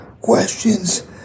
questions